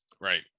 Right